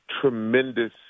tremendous